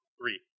Three